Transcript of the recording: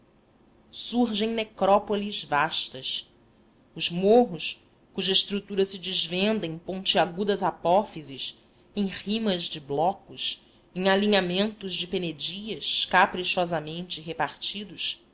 surgem necrópoles vastas os morros cuja estrutura se desvenda em pontiagudas apófises em rimas de blocos em alinhamentos de penedias caprichosamente repartidos